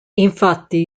infatti